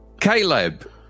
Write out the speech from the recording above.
Caleb